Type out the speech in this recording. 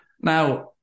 Now